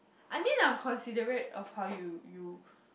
I mean I would considerate of how you you